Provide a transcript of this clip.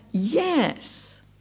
Yes